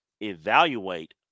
evaluate